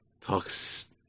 talks